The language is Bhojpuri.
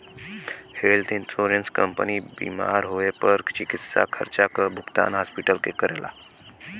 हेल्थ इंश्योरेंस कंपनी बीमार होए पर चिकित्सा खर्चा क भुगतान हॉस्पिटल के करला